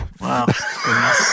Wow